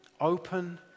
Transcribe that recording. Open